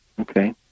Okay